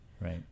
right